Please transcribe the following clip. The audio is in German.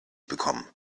bekommen